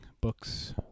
books